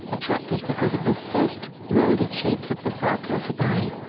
attractive because of the soft, molded shapes of the sarcophagi.